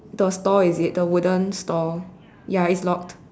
the store is it the wooden store ya it's locked